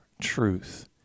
truth